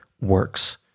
works